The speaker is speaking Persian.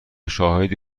شاهدی